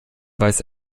weist